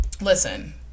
Listen